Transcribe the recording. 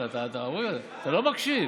אתה לא מקשיב.